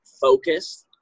focused